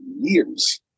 years